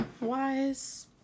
wise